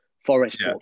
Forest